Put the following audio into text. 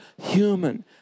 human